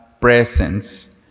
presence